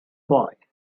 boy